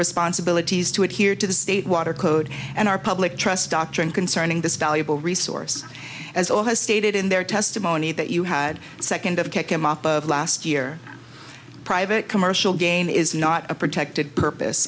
responsibilities to adhere to the state water code and our public trust doctrine concerning this valuable resource as all has stated in their testimony that you had second of kick him off of last year private commercial gain is not a protected purpose